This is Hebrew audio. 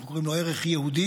ואנחנו קוראים לו ערך יהודי,